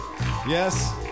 Yes